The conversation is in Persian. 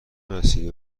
مسیری